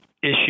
issue